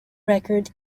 record